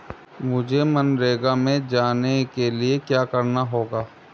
मुझे मनरेगा में जाने के लिए क्या करना होगा?